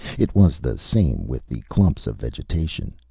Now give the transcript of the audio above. it was the same with the clumps of vegetation.